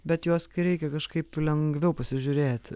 bet juos kai reikia kažkaip lengviau pasižiūrėti